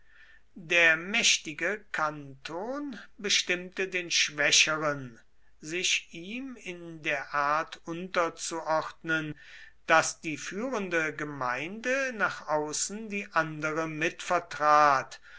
der mächtige kanton bestimmte den schwächeren sich ihm in der art unterzuordnen daß die führende gemeinde nach außen die andere mitvertrat